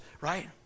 right